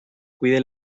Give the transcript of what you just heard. cuide